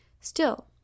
Still